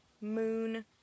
moon